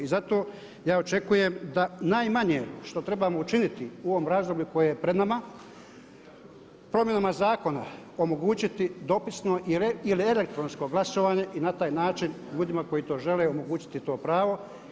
I zato ja očekujem da najmanje što trebamo učiniti u ovom razdoblju koje je pred nama promjenama zakona omogućiti dopisno ili elektronsko glasovanje i na taj način ljudima koji to žele omogućiti to pravo.